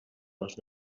les